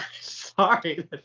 sorry